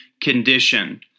condition